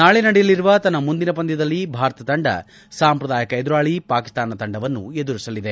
ನಾಳೆ ನಡೆಯಲಿರುವ ತನ್ನ ಮುಂದಿನ ಪಂದ್ಯದಲ್ಲಿ ಭಾರತ ತಂಡ ಸಾಂಪ್ರದಾಯಿಕ ಎದುರಾಳಿ ಪಾಕಿಸ್ತಾನ ತಂಡವನ್ನು ಎದುರಿಸಲಿದೆ